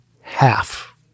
half